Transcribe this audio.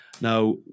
Now